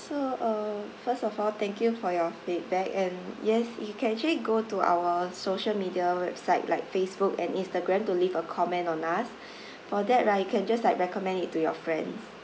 so uh first of all thank you for your feedback and yes you can actually go to our social media websites like facebook and instagram to leave a comment on us for that right you can just like recommend it to your friends